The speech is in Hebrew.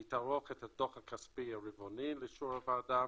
היא תערוך את הדוח הכספי הרבעוני לאישור הוועדה